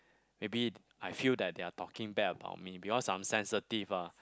maybe I feel that they're talking bad about me because I'm sensitive ah